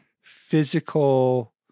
physical